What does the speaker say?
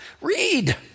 Read